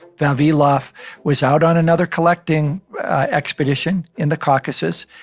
vavilov was out on another collecting expedition in the caucuses,